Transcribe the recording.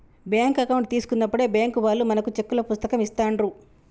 bank account తీసుకున్నప్పుడే bank వాళ్ళు మనకు చెక్కుల పుస్తకం ఇస్తాండ్రు